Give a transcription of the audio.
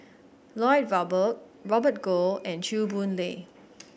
Lloyd Valberg Robert Goh and Chew Boon Lay